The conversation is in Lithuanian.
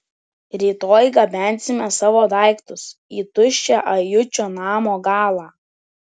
rytoj gabensime savo daiktus į tuščią ajučio namo galą